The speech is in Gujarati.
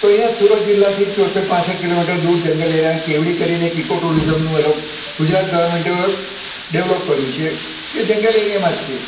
તો અહીંયા સુરત જિલ્લાથી ચોંસઠ પાંસઠ કિલોમીટર દૂર જંગલ એરિયા કેવડી કરીને એક ઇકો ટુરિઝમનું એ લોક ગુજરાત ગવર્મેન્ટે ડેવલોપ કર્યું છે કે જંગલ એરિયામાં જ છે